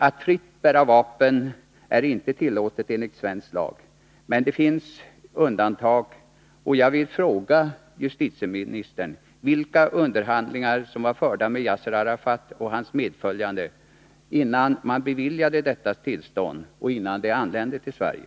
Att fritt bära vapen är inte tillåtet enligt svensk lag. Men det finns undantag, och jag vill fråga justitieministern vilka underhandlingar som hade förts med Yasser Arafat och dem som följde med honom innan man beviljade detta tillstånd och innan de anlände till Sverige.